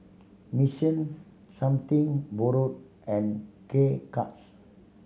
Mission Something Borrowed and K Cuts